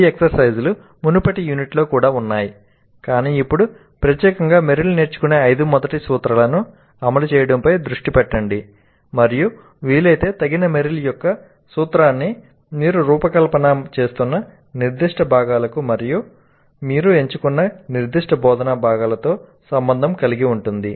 ఈ ఎక్సర్సైజ్ లు మునుపటి యూనిట్లో కూడా ఉన్నాయి కానీ ఇప్పుడు ప్రత్యేకంగా మెర్రిల్ నేర్చుకునే ఐదు మొదటి సూత్రాలను అమలు చేయడంపై దృష్టి పెట్టండి మరియు వీలైతే తగిన మెర్రిల్ యొక్క సూత్రాన్ని మీరు రూపకల్పన చేస్తున్న నిర్దిష్ట భాగాలకు మరియు మీరు ఎంచుకున్న నిర్దిష్ట బోధనా భాగాలతో సంబంధం కలిగి ఉంటుంది